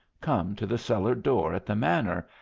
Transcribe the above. come to the cellar-door at the manor,